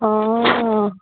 অ